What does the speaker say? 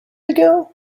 ago